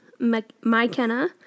Mykenna